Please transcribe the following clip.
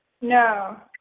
No